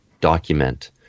document